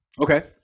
Okay